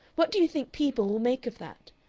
what do you think people will make of that?